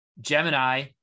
Gemini